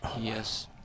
Yes